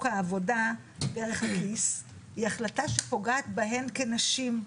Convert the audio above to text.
העבודה דרך הכיס היא החלטה שפוגעת בהן כנשים.